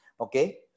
Okay